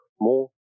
more